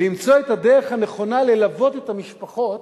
למצוא את הדרך הנכונה ללוות את המשפחה,